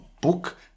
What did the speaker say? book